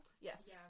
Yes